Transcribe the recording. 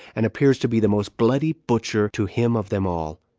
and appears to be the most bloody butcher to him of them all?